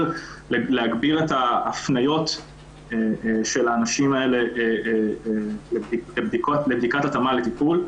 את ההפניות של האנשים האלה לבדיקת התאמה לטיפול.